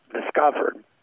discovered